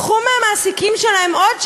קחו מהמעסיקים שלהם עוד 16%,